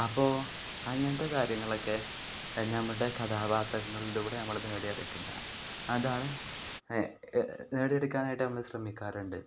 അപ്പോൾ അങ്ങനത്തെ കാര്യങ്ങളൊക്കെ നമ്മളുടെ കഥാപാത്രങ്ങളിലൂടെ നമ്മൾ നേടിയെടുക്കുന്നതാണ് അതാണ് നേടിയെടുക്കാനായിട്ട് നമ്മൾ ശ്രമിക്കാറുണ്ട്